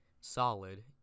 solid